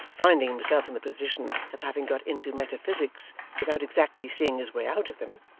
finding himself in the position of having got into metaphysics without exactly seeing his way out of them,